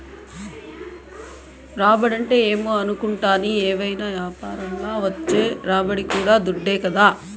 రాబడంటే ఏమో అనుకుంటాని, ఏవైనా యాపారంల వచ్చే రాబడి కూడా దుడ్డే కదా